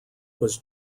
was